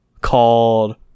called